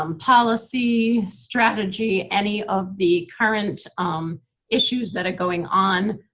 um policy, strategy any of the current um issues that are going on,